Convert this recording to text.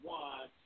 one